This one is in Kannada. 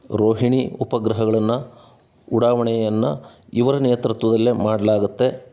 ರೋಹಿಣಿ ಉಪಗ್ರಹಗಳನ್ನು ಉಡಾವಣೆಯನ್ನು ಇವರ ನೇತೃತ್ವದಲ್ಲೇ ಮಾಡಲಾಗುತ್ತೆ